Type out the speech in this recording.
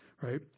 right